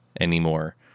anymore